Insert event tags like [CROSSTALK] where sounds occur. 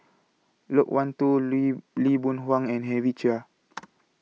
Loke Wan Tho Lee Lee Boon Wang and Henry Chia [NOISE]